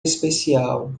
especial